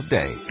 day